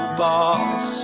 boss